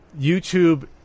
YouTube